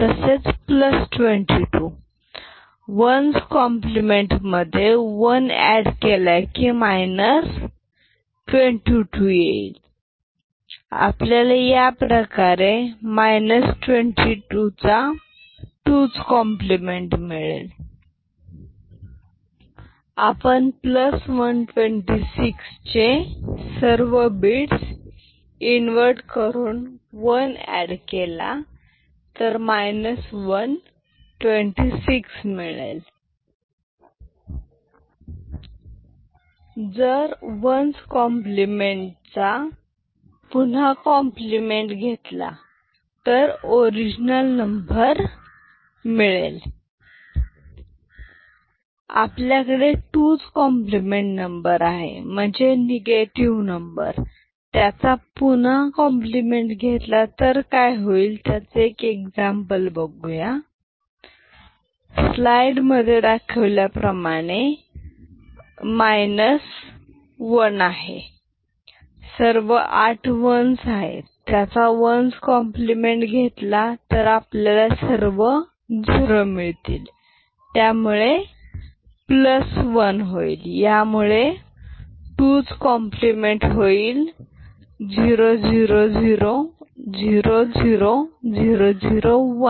तसेच 22 1s complement मध्ये 1 add केला की 22 येईल आपल्याला याप्रकारे मायनस 22चा 2s कॉम्प्लिमेंट मिळेल आपण 126 चे सर्व बिट्स इन्वर्ट करून वन एड केला तर 126 मिळेल 100000010 126 जर वन्स कॉम्प्लिमेंट च्या पुन्हा कॉम्प्लिमेंट घेतला तर ओरिजनल नंबर मिळेल आपल्याकडे 2s कॉम्प्लिमेंट नंबर आहे म्हणजे निगेटिव्ह नंबर त्याचा पुन्हा कॉम्प्लिमेंट घेतला तर काय होईल त्याचे एक एक्झाम्पल बघूया स्लाईड मध्ये दाखविल्याप्रमाणे 1 आहे सर्व आठ वन्स आहेत याचा 1s कॉम्प्लिमेंट घेतला तर आपल्याला सर्व झिरो मिळतील त्यामुळे प्लस वन यामुळे 2s कॉम्प्लिमेंट होईल 0 0 0 0 0 0 0 1